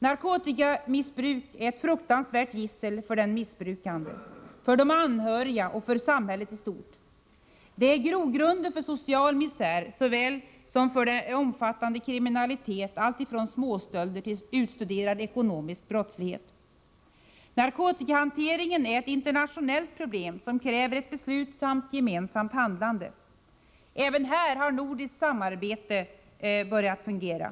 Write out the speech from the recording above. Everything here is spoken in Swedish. Narkotikamissbruk är ett fruktansvärt gissel för den missbrukande, för de anhöriga och för samhället i stort. Det är grogrunden för social misär såväl som för omfattande kriminalitet alltifrån småstölder till utstuderad ekonomisk brottslighet. Narkotikahanteringen är ett internationellt problem, som kräver ett beslutsamt gemensamt handlande. Även här har nordiskt samarbete börjat fungera.